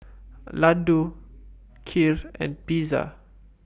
Ladoo Kheer and Pizza